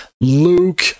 Luke